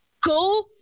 Go